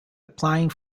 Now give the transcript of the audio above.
applying